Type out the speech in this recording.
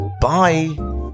Bye